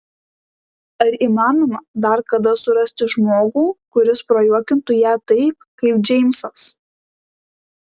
ar įmanoma dar kada surasti žmogų kuris prajuokintų ją taip kaip džeimsas